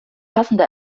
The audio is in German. passende